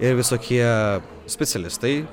ir visokie specialistai